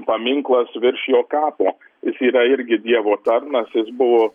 paminklas virš jo kapo jis yra irgi dievo tarnas jis buvo